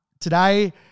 today